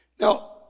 Now